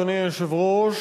אדוני היושב-ראש,